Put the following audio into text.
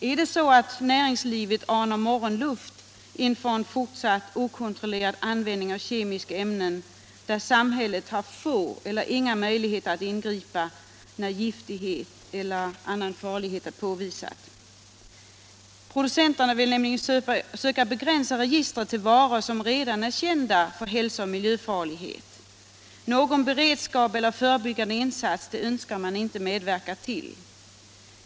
Är det så att näringslivet anar morgonluft inför en fortsatt okontrollerad användning av kemiska ämnen, där samhället har få eller inga möjligheter att ingripa när giftighet eller annan farlighet påvisas? Producenterna vill nämligen söka begränsa registret till varor som redan är kända för hälsooch miljöfarlighet. Någon beredskap eller förebyggande insats önskar man inte medverka till.